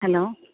hello